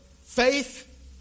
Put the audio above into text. faith